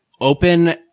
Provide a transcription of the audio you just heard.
open